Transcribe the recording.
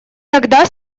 тогда